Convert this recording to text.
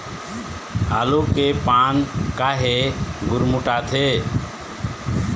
आलू के पान काहे गुरमुटाथे?